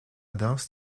danse